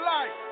Life